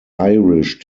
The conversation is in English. irish